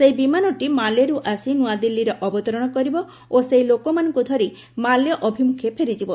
ସେହି ବିମାନଟି ମାଲେରୁ ଆସି ନୂଆଦିଲ୍ଲୀରେ ଅବତରଣ କରିବ ଓ ସେହି ଲୋକମାନଙ୍କୁ ଧରି ମାଲେ ଅଭିମୁଖେ ଫେରିଯିବ